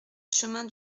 chemin